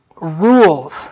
rules